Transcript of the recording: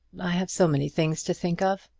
i have so many things to think of.